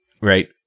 Right